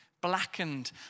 blackened